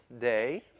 day